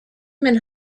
men